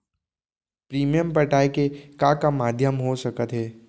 Premium पटाय के का का माधयम हो सकत हे?